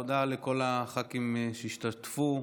תודה לכל הח"כים שהשתתפו,